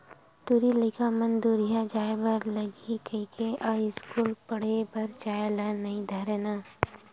टूरी लइका मन दूरिहा जाय बर लगही कहिके अस्कूल पड़हे बर जाय ल नई धरय ना